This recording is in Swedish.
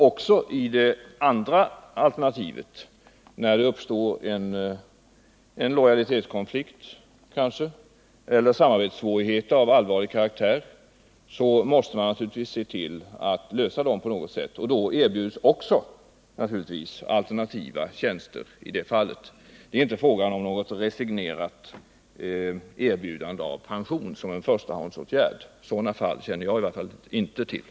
Också när det är fråga om den sistnämnda typen av tjänster och det uppstår en lojalitetskonflikt eller samarbetssvårigheter av allvarlig karaktär, måste man naturligtvis lösa problemen på något sätt. Även i dessa fall erbjuds naturligtvis alternativa tjänster. Det är inte fråga om ett resignerat erbjudande av pension som en förstahandsåtgärd. Några sådana fall känner åtminstone jag inte till.